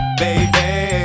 baby